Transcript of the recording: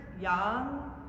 young